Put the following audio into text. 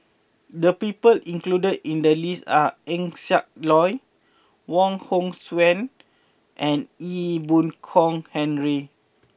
the people included in the list are Eng Siak Loy Wong Hong Suen and Ee Boon Kong Henry